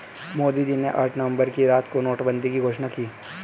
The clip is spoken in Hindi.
मोदी जी ने आठ नवंबर की रात को नोटबंदी की घोषणा की